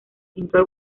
pintor